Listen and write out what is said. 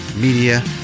Media